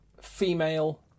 female